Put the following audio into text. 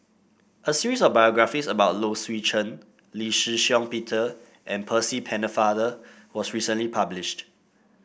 a series of biographies about Low Swee Chen Lee Shih Shiong Peter and Percy Pennefather was recently published